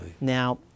Now